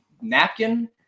napkin